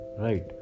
right